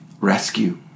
rescue